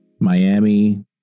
Miami